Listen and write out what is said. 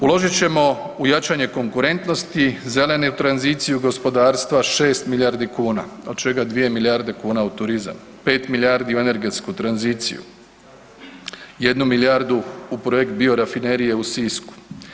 Uložit ćemo u jačanje u konkurentnosti, zelenu tranziciju gospodarstva, 6 milijardi kn, od čega 2 milijardi kn u turizam, 5 milijardi u energetsku tranziciju, 1 milijardu u projekt biorafinerije u Sisku.